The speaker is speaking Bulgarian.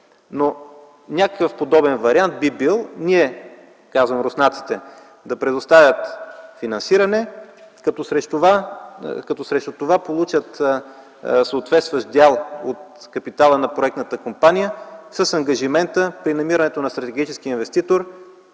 необичайно. Подобен вариант би бил руснаците да предоставят финансиране, като срещу това получат съответстващ дял от капитала на проектната компания с ангажимента при намиране на стратегически инвеститор